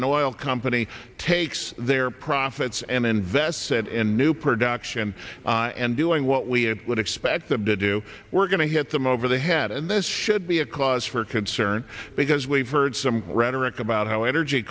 oil company takes their profits and invest said in new production and doing what we would expect them to do we're going to hit them over the head and this should be a cause for concern because we've heard some rhetoric about how energy